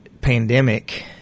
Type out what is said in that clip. pandemic